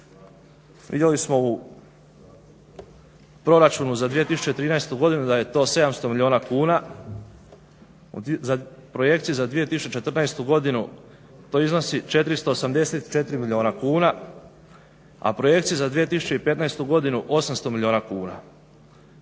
Vidjeli smo u proračunu za 2013. godinu da je to 700 milijuna kuna, projekcije za 2014. godinu to iznosi 484 milijuna kuna, a projekcije za 2015. godinu 800 milijuna kuna.